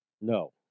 no